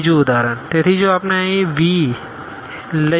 ઉદાહરણ 2 તેથી જો આપણે અહીં Vx1x2R2x1≥0x2≥0લઈએ